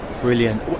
brilliant